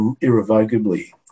irrevocably